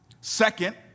Second